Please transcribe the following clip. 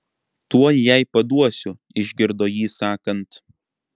tuoj jai paduosiu išgirdo jį sakant